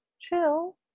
chill